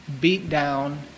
beat-down